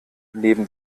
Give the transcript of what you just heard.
neben